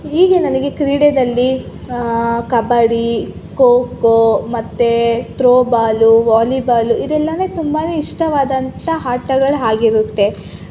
ಹೀಗೆ ನನಗೆ ಕ್ರೀಡೆಯಲ್ಲಿ ಕಬಡ್ಡಿ ಕೋಕೋ ಮತ್ತು ತ್ರೋಬಾಲು ವಾಲಿಬಾಲು ಇದೆಲ್ಲ ಅಂದರೆ ತುಂಬಾ ಇಷ್ಟವಾದಂಥ ಆಟಗಳು ಆಗಿರುತ್ತೆ